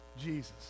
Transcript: Jesus